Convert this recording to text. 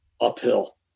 uphill